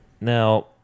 now